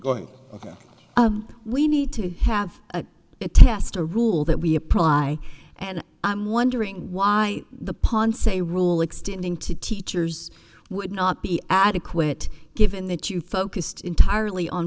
going ok we need to have at it test a rule that we apply and i'm wondering why the ponce rule extending to teachers would not be adequate given that you focused entirely on